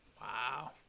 Wow